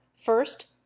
first